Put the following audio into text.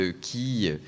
qui